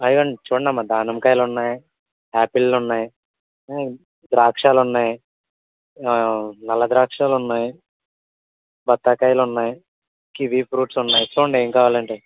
అదిగోండి చూడండి అమ్మ దానిమ్మకాయలు ఉన్నాయి ఆపిల్లు ఉన్నాయి ద్రాక్ష ఉన్నాయి నల్ల ద్రాక్షాలు ఉన్నాయి బత్తాకాయలు ఉన్నాయి కివి ఫ్రూట్స్ ఉన్నాయి చూడండి ఏం కావాలంటే అవి